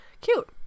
cute